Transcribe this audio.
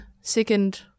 Second